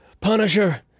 Punisher